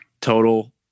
total